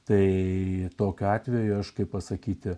tai tokiu atveju aš kaip pasakyti